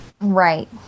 Right